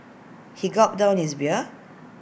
he gulped down his beer